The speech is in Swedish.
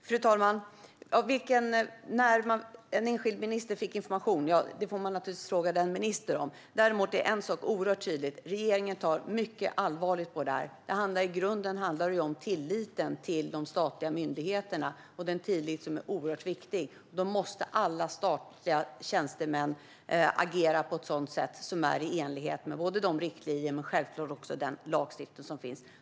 Fru talman! När en enskild minister fick information får man fråga den ministern om. En sak är dock klar: Regeringen tar mycket allvarligt på detta. I grunden handlar det om tilliten till de statliga myndigheterna. Denna tillit är mycket viktig, och då måste alla statliga tjänstemän agera på ett sätt som är i enlighet med de riktlinjer och den lagstiftning som finns.